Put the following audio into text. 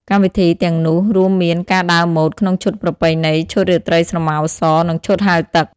កម្មវិធីទាំងនោះរួមមានការដើរម៉ូដក្នុងឈុតប្រពៃណី ឈុតរាត្រីស្រមោសរ និងឈុតហែលទឹក។